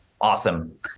Awesome